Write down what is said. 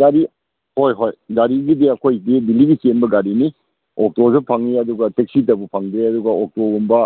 ꯒꯥꯔꯤ ꯍꯣꯏ ꯍꯣꯏ ꯒꯥꯔꯤꯒꯤꯗꯤ ꯑꯩꯈꯣꯏꯗꯤ ꯆꯦꯟꯕ ꯒꯥꯔꯤꯅꯤ ꯑꯣꯇꯣꯁꯨ ꯐꯪꯉꯤ ꯑꯗꯨꯒ ꯇꯦꯛꯁꯤꯗꯕꯨ ꯐꯪꯉꯦ ꯑꯗꯨꯒ ꯑꯣꯇꯣꯒꯨꯝꯕ